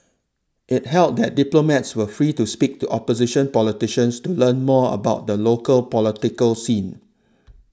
it held that diplomats were free to speak to opposition politicians to learn more about the local political scene